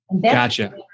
Gotcha